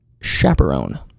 chaperone